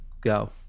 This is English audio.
Go